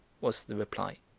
was the reply.